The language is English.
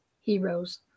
heroes